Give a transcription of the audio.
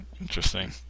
Interesting